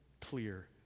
clear